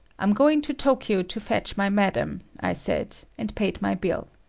i'm going to tokyo to fetch my madam, i said, and paid my bill.